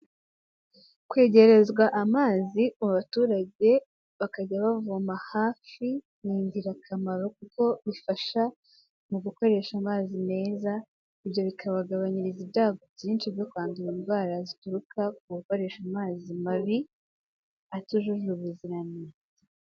Kwegerezwa amazi mu baturage bakajya bavoma hafi ni ingirakamaro, kuko bifasha mu gukoresha amazi meza, ibyo bikabagabanyiriza ibyago byinshi byo kwandura indwara zituruka ku gukoresha amazi mabi, atujuje ubuziranenge.